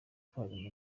utwara